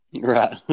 right